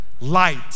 Light